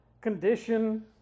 condition